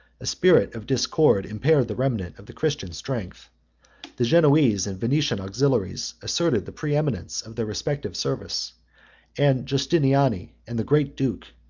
a spirit of discord impaired the remnant of the christian strength the genoese and venetian auxiliaries asserted the preeminence of their respective service and justiniani and the great duke,